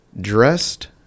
Dressed